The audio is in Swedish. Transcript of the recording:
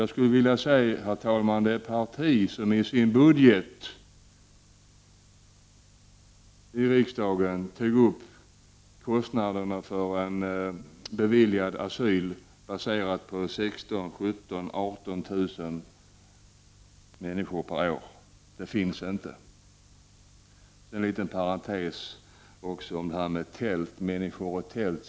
Jag skulle vilja se det parti som inför riksdagen i sina budgetförslag tog upp kostnaderna för en beviljad asyl baserad på 16000, 17 000 eller 18000 människor per år. Ett sådant parti finns inte. Så en liten parentes om det statsrådet säger om människor och tält.